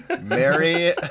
Mary